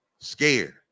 Scared